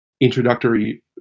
introductory